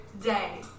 day